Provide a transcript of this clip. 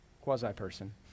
quasi-person